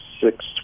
six